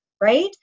Right